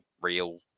real